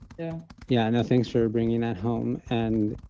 yeah, yeah. no, thanks for bringing that home. and,